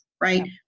right